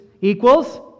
equals